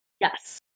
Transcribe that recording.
Yes